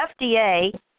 FDA